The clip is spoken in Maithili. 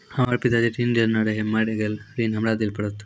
हमर पिताजी ऋण लेने रहे मेर गेल ऋण हमरा देल पड़त?